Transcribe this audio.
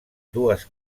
dues